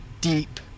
deep